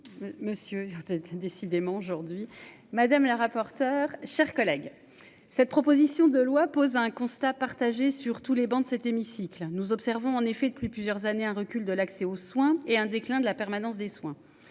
Monsieur il a décidément aujourd'hui Madame la rapporteure, chers collègues, cette proposition de loi pose un constat partagé sur tous les bancs de cet hémicycle, nous observons en effet depuis plusieurs années un recul de l'accès aux soins et un déclin de la permanence des soins.